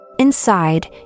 Inside